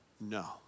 No